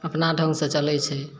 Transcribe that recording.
अपना ढङ्गसँ चलैत छै